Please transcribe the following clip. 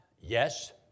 yes